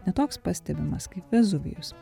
ne toks pastebimas kaip vezuvijus